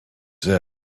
said